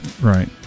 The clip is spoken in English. Right